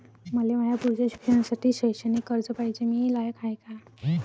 मले माया पुढच्या शिक्षणासाठी शैक्षणिक कर्ज पायजे, मी लायक हाय का?